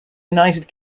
united